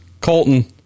Colton